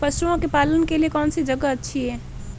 पशुओं के पालन के लिए कौनसी जगह अच्छी है?